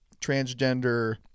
transgender